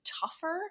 tougher